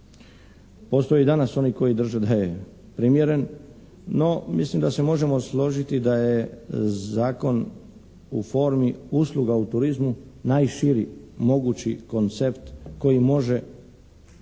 Postoje i danas oni koji drže da je primjeren, no mislim da se možemo složiti da je zakon u formi usluga u turizmu najširi mogući koncept koji može